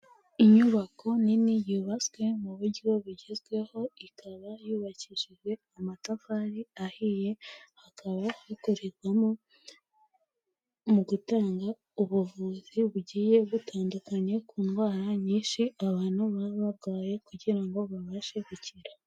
Inyubako nini yubatswe mu buryo bugezweho, ikaba yubakishije amatafari ahiye, hakaba hakorerwamo mu gutanga ubuvuzi bugiye butandukanye ku ndwara nyinshi abantu baba barwaye kugira ngo babashe gukira.